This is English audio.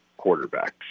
quarterbacks